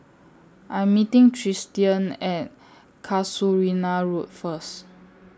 I'm meeting Tristian At Casuarina Road First